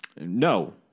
no